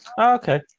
okay